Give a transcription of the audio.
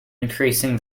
increasing